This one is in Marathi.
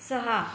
सहा